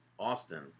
Austin